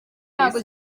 ntago